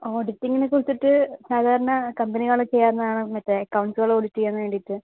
ഓഡിറ്റിംഗിനെക്കുറിച്ചിട്ട് സാധാരണ കമ്പനികളിൽ ചെയ്യുമായിരുന്ന ആണ് മറ്റേ എക്കൗണ്ട്സ്കൾ ഓഡിറ്റ് ചെയ്യാൻ വേണ്ടിയിട്ട്